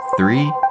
Three